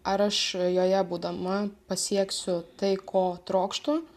ar aš joje būdama pasieksiu tai ko trokštu